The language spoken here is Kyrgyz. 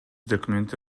документти